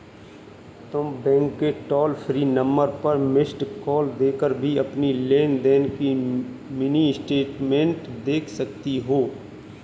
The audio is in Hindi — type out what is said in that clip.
तुम बैंक के टोल फ्री नंबर पर मिस्ड कॉल देकर भी अपनी लेन देन की मिनी स्टेटमेंट देख सकती हो